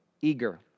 eager